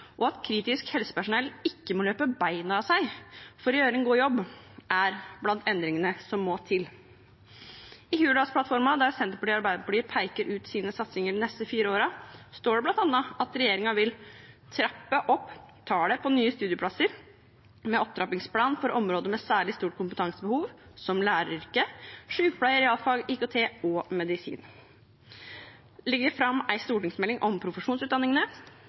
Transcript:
og at kritisk helsepersonell ikke må løpe beina av seg for å gjøre en god jobb, er blant endringene som må til. I Hurdalsplattformen, der Senterpartiet og Arbeiderpartiet peker ut sine satsinger de neste fire årene, står det bl.a. at regjeringen vil trappe opp antall nye studieplasser, med opptrappingsplan for områder med særlig stort kompetansebehov, som læreryrket, sjukepleie, realfag, IKT og medisin legge fram en stortingsmelding om profesjonsutdanningene